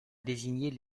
désigner